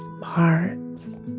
parts